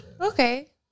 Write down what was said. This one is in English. Okay